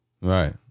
right